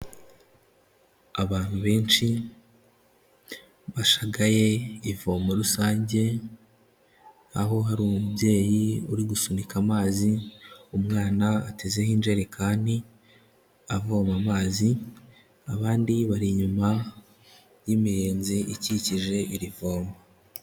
Abantu benshi bashagaye ivomo rusange, aho hari umubyeyi uri gusunika amazi, umwana atezeho injerekani avoma amazi, abandi bari inyuma y'imiyezi ikikije iri vomo.